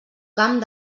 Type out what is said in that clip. camp